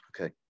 Okay